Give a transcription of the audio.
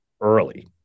early